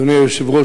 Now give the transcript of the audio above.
אדוני היושב-ראש,